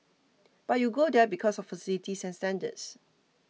but you go there because of facilities and standards